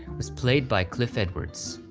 was played by cliff edwards,